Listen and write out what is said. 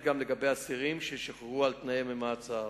גם לגבי אסירים ששוחררו על-תנאי ממאסר,